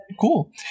cool